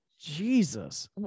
Jesus